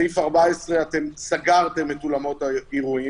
בסעיף 14 סגרתם את אולמות האירועים,